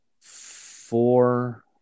four